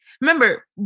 Remember